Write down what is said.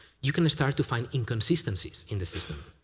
you'll start to find inconsistencies in the system.